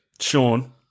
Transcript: Sean